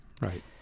right